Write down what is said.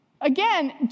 Again